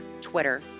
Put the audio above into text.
Twitter